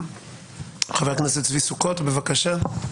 חבר הכנסת צבי סוכות, בבקשה.